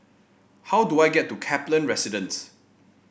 how do I get to Kaplan Residence